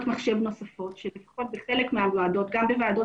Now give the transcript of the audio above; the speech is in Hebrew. מחשב נוספות שלפחות בחלק מהוועדות גם בוועדות